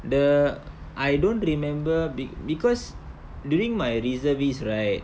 the I don't remember be~ because during my reservist right